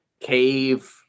cave